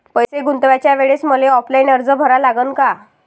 पैसे गुंतवाच्या वेळेसं मले ऑफलाईन अर्ज भरा लागन का?